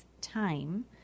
time